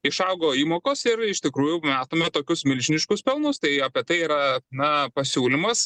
išaugo įmokos ir iš tikrųjų matome tokius milžiniškus pelnus tai apie tai yra na pasiūlymas